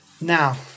now